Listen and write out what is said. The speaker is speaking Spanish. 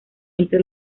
entre